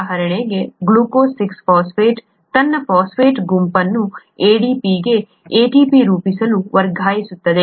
ಉದಾಹರಣೆಗೆ glucose 6 phosphate ತನ್ನ phosphate ಗುಂಪನ್ನು ADP ಗೆ ATP ರೂಪಿಸಲು ವರ್ಗಾಯಿಸುತ್ತದೆ